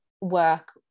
work